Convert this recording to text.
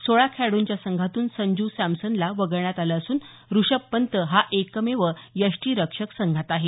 सोळा खेळाडूंच्या संघातून संजू सॅमसनला वगळण्यात आलं असून ऋषभ पंत हा एकमेव यष्टीरक्षक संघात आहे